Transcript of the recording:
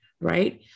right